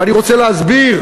ואני רוצה להסביר,